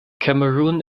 cameroon